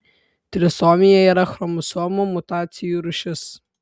trisomija yra chromosomų mutacijų rūšis